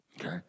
okay